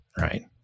right